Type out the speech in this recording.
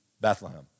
Bethlehem